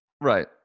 Right